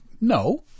no